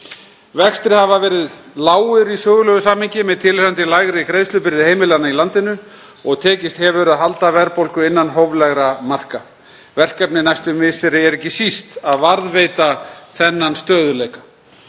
Vextir hafa verið lágir í sögulegu samhengi, með tilheyrandi lægri greiðslubyrði heimilanna í landinu, og tekist hefur að halda verðbólgu innan hóflegra marka. Verkefnið næstu misseri er ekki síst að varðveita þennan stöðugleika.